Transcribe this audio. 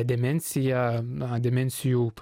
demencija na demencijų